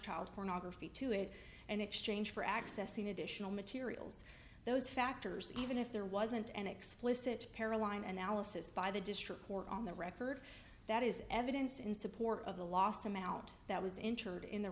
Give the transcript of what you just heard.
tiled pornography to it and exchange for accessing additional materials those factors even if there wasn't an explicit para line and alice's by the district court on the record that is evidence in support of the last amount that was interred in the